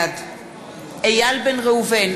בעד איל בן ראובן,